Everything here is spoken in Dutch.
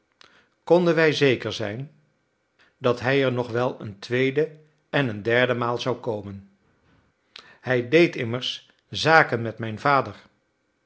konden wij zeker zijn dat hij er nog wel eene tweede en eene derde maal zou komen hij deed immers zaken met mijn vader